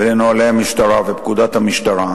לנוהלי המשטרה ולפקודת המשטרה,